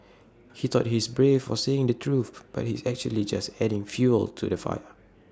he thought he's brave for saying the truth but he's actually just adding fuel to the fire